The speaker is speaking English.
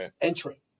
entry